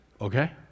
okay